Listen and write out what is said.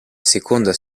seconda